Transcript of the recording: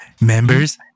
Members